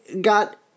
got